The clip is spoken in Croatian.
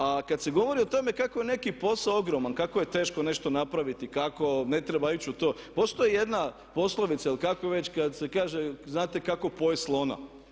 A kada se govori o tome kako je neki posao ogroman, kako je teško nešto napraviti, kako ne treba ići u to, postoji jedna poslovica ili kako već kada se kaže znate kako pojesti slona?